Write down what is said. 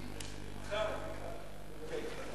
אני אתך, אני אתך, דווקא אתך.